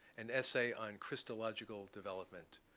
an essay on christological development